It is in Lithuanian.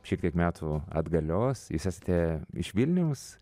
šitiek metų atgalios jūs esate iš vilniaus